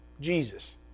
Jesus